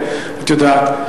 את יודעת.